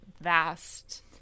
vast